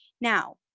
Now